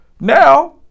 Now